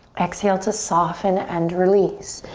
exhale to soften and release.